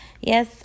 Yes